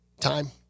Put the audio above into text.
time